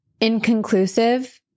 inconclusive